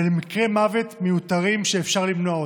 ואלה מקרי מוות מיותרים שאפשר למנוע אותם.